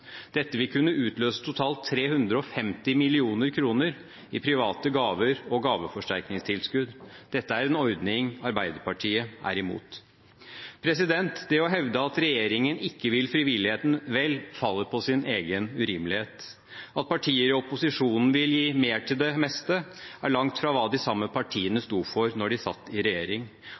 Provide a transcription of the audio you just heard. Dette er en ordning Arbeiderpartiet er imot. Det å hevde at regjeringen ikke vil frivilligheten vel, faller på sin egen urimelighet. At partier i opposisjonen vil gi mer til det meste, er langt fra hva de samme partiene sto for da de satt i regjering.